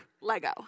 Lego